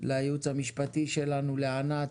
ליעוץ המשפטי שלנו, לענת.